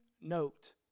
note